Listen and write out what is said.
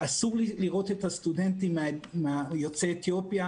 אסור לראות את הסטודנטים יוצאי אתיופיה